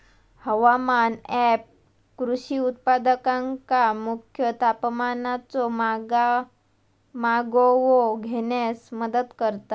हवामान ऍप कृषी उत्पादकांका मुख्य तापमानाचो मागोवो घेण्यास मदत करता